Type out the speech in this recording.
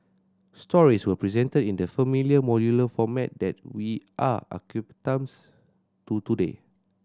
stories were presented in the familiar modular format that we are accustomed to today